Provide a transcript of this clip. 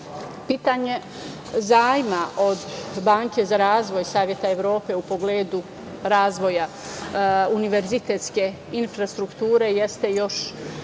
ulagače. Pitanje zajma od Banke za razvoj Saveta Evrope u pogledu razvoja univerzitetske infrastrukture jeste još